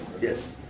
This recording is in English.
Yes